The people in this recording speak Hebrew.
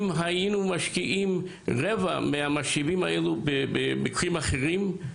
שאם היינו משקיעים רבע מהמשאבים האלה במקרים אחרים,